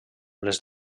les